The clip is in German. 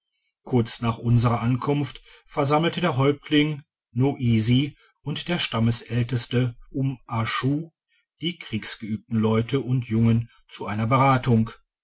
kurz nach unserer ankunft versammelte der häuptling noisi und der stammaelteste umashu die kriegsgeübten leute und jungen zu einer beratung